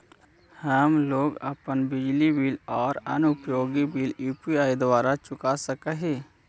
हम लोग अपन बिजली बिल और अन्य उपयोगि बिल यू.पी.आई द्वारा चुका सक ही